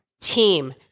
team